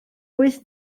wyth